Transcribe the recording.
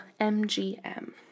MGM